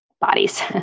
bodies